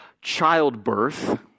childbirth